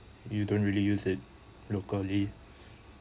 you don't really use it locally